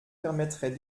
permettrait